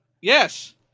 Yes